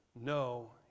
No